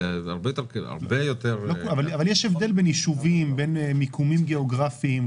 זה הרבה יותר --- אבל יש הבדל בין יישובים בין מיקומים גיאוגרפיים,